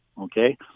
okay